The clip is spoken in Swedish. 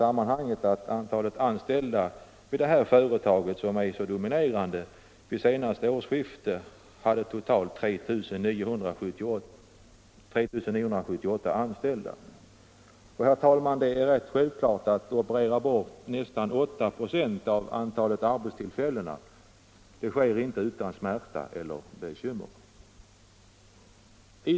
Antalet anställda vid detta företag var vid det senaste årsskiftet totalt 3 978. Att operera bort nästan 8 96 av antalet arbetstillfällen sker givetvis inte utan smärta eller bekymmer.